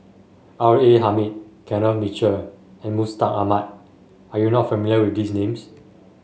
R A Hamid Kenneth Mitchell and Mustaq Ahmad are you not familiar with these names